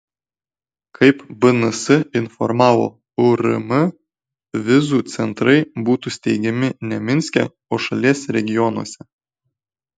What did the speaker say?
kaip bns informavo urm vizų centrai būtų steigiami ne minske o šalies regionuose